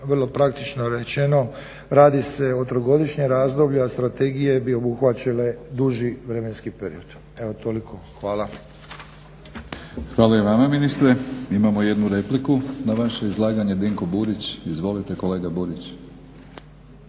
vrlo praktično rečeno radi se o trogodišnjem razdoblju, a strategije bi obuhvaćale duži vremenski period. Evo toliko. Hvala. **Batinić, Milorad (HNS)** Hvala i vama ministre. Imamo i jednu repliku na vaše izlaganje. Dinko Burić, izvolite kolega Burić.